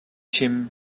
chim